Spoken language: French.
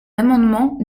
l’amendement